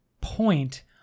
point